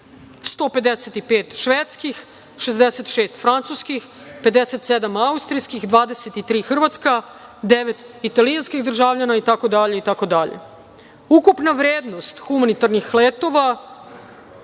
155 švedskih, 66 francuskih, 57 austrijskih, 23 hrvatska, 9 italijanskih državljana i tako dalje. Ukupna vrednost humanitarnih letova